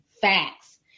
Facts